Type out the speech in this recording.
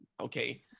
okay